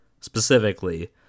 specifically